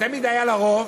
ותמיד היה לה רוב